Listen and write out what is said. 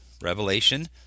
Revelation